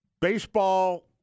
Baseball